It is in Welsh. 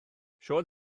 siôn